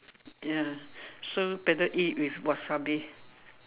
ya so better eat with wasabi